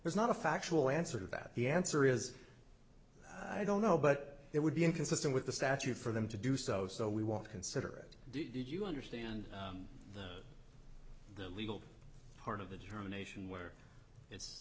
there's not a factual answer to that the answer is i don't know but it would be inconsistent with the statute for them to do so so we won't consider it did you understand the legal part of the determination whe